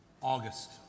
August